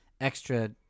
extra